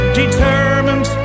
determined